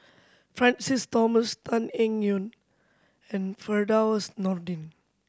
Francis Thomas Tan Eng Yoon and Firdaus Nordin